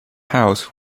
house